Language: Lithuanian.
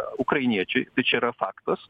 ukrainiečiai tai čia yra faktas